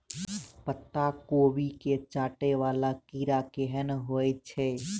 पत्ता कोबी केँ चाटय वला कीड़ा केहन होइ छै?